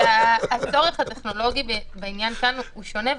הצורך הטכנולוגי בעניין כאן הוא שונה,